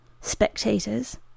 spectators